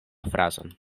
frazon